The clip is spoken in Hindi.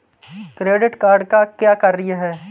क्रेडिट कार्ड का क्या कार्य है?